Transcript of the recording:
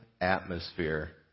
atmosphere